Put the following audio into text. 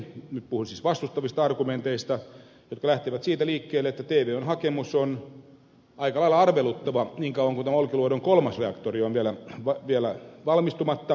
nyt puhun siis vastustavista argumenteista jotka lähtevät siitä liikkeelle että tvon hakemus on aika lailla arveluttava niin kauan kuin tämä olkiluodon kolmas reaktori on vielä valmistumatta